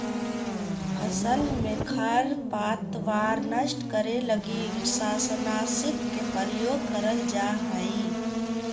फसल में खरपतवार नष्ट करे लगी शाकनाशी के प्रयोग करल जा हइ